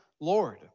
Lord